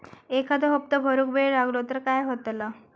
एखादो हप्तो भरुक वेळ लागलो तर काय होतला?